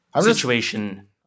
situation